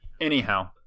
Anyhow